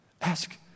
ask